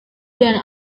dan